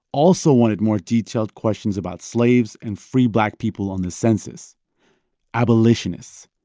also wanted more detailed questions about slaves and free black people on the census abolitionists.